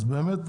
אז באמת,